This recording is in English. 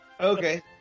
Okay